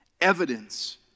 evidence